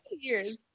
years